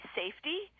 safety